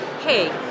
hey